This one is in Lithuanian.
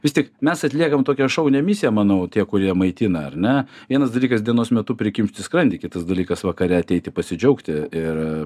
vis tik mes atliekam tokią šaunią misiją manau tie kurie maitina ar ne vienas dalykas dienos metu prikimšti skrandį kitas dalykas vakare ateiti pasidžiaugti ir